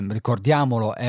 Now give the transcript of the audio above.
ricordiamolo